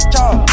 talk